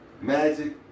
Magic